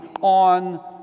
on